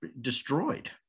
destroyed